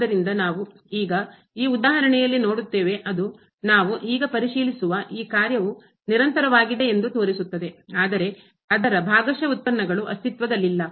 ಆದ್ದರಿಂದ ನಾವು ಈಗ ಈ ಉದಾಹರಣೆಯಲ್ಲಿ ನೋಡುತ್ತೇವೆ ಅದು ನಾವು ಈಗ ಪರಿಶೀಲಿಸುವ ಈ ಕಾರ್ಯವು ನಿರಂತರವಾಗಿದೆ ಎಂದು ತೋರಿಸುತ್ತದೆ ಆದರೆ ಅದರ ಭಾಗಶಃ ಉತ್ಪನ್ನಗಳು ಅಸ್ತಿತ್ವದಲ್ಲಿಲ್ಲ